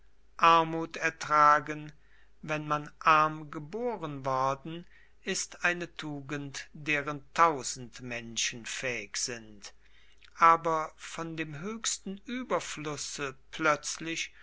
armut ertragen wenn man arm geboren worden ist eine tugend deren tausend menschen fähig sind aber von dem höchsten überflusse plötzlich